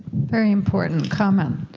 very important common